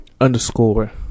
Underscore